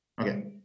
okay